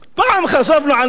פעם חשבנו עניים,